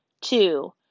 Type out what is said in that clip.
Two